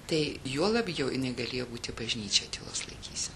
tai juo labiau jinai galėjo būti bažnyčia tylos laikysena